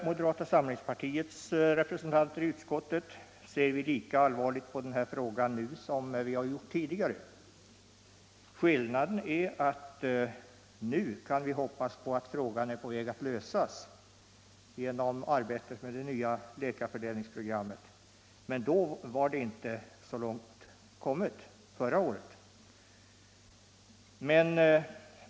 Moderata samlingspartiets representanter i utskottet ser lika allvarligt på den här frågan nu som tidigare. Skillnaden är att nu kan vi hoppas att frågan är på väg att lösas genom arbetet med det nya läkarfördelningsprogrammet medan frågan förra året inte hade kommit så långt.